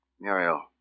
Muriel